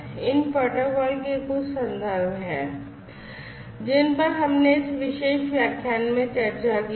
इन protocol के कुछ संदर्भ हैं जिन पर हमने इस विशेष व्याख्यान में चर्चा की है